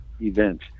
event